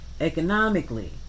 Economically